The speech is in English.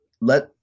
let